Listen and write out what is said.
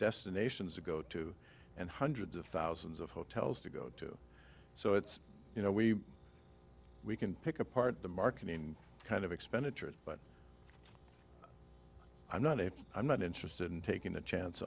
destinations to go to and hundreds of thousands of hotels to go to so it's you know we we can pick apart the market and kind of expenditures but i'm not a i'm not interested in taking a chance